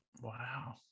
Wow